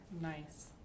Nice